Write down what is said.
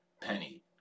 Penny